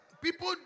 people